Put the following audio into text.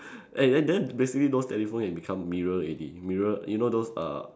eh then then basically those telephone it become mirror already mirror you know those err